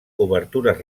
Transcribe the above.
obertures